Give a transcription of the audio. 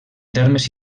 termes